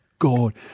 God